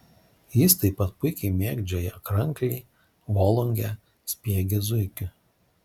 jis taip pat puikiai mėgdžioja kranklį volungę spiegia zuikiu